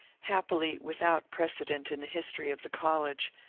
happily without precedent in the history of the college,